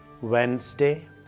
Wednesday